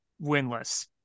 winless